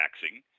taxing